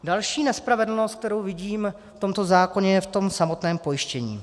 Další nespravedlnost, kterou vidím v tomto zákoně, je v samotném pojištění.